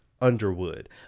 Underwood